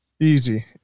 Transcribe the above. Easy